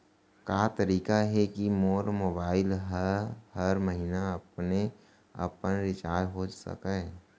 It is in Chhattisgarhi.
का तरीका हे कि मोर मोबाइल ह हर महीना अपने आप रिचार्ज हो सकय?